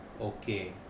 okay